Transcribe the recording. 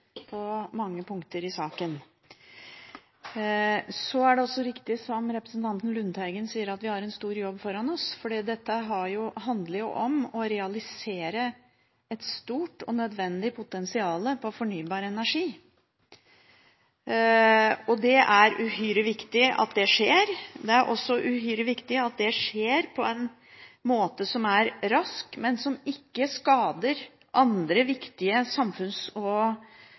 det også riktig som representanten Lundteigen sier, at vi har en stor jobb foran oss, for dette handler jo om å realisere et stort og nødvendig potensial innen fornybar energi. Det er uhyre viktig at det skjer, og uhyre viktig at det skjer på en måte som er rask, men som ikke skader andre viktige samfunns- og